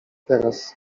teraz